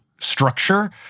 Structure